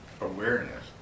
awareness